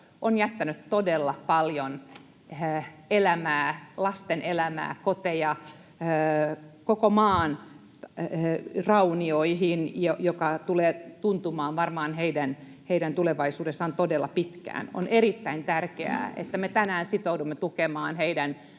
on jättänyt todella paljon elämää — lasten elämää, koteja, koko maan — raunioihin, joka tulee varmaan tuntumaan heidän tulevaisuudessaan todella pitkään. On erittäin tärkeää, että me tänään sitoudumme tukemaan heidän